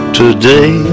today